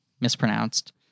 mispronounced